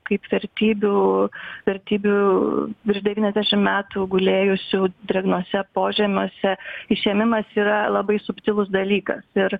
kaip vertybių vertybių virš devyniasdešim metų gulėjusių drėgnuose požemiuose išėmimas yra labai subtilus dalykas ir